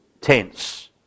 tense